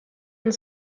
und